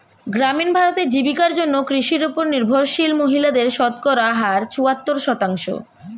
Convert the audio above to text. গ্রামীণ ভারতে, জীবিকার জন্য কৃষির উপর নির্ভরশীল মহিলাদের শতকরা হার চুয়াত্তর শতাংশ